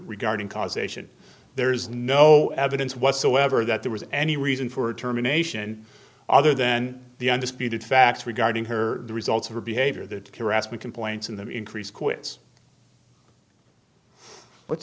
regarding causation there is no evidence whatsoever that there was any reason for terminations and other then the undisputed facts regarding her the results of her behavior that we can points in them increase quits what's